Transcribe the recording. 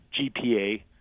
GPA